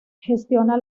gestiona